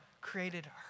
created